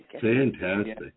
Fantastic